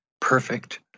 perfect